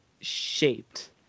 shaped